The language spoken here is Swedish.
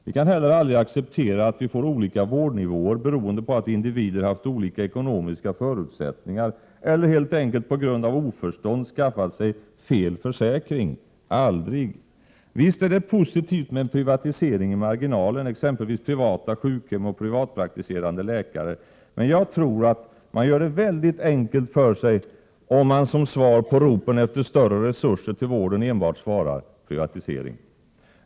Vi kan heller aldrig acceptera att vi får olika vårdnivåer beroende på att individer haft olika ekonomiska förutsättningar eller helt enkelt på grund av oförstånd skaffat sig fel försäkring. Aldrig! Visst är det positivt med en privatisering i marginalen, exempelvis privata sjukhem och privatpraktiserande läkare, men jag tror att man gör det väldigt enkelt för sig, om man som svar på ropen efter större resurser till vården enbart svarar: privatisering.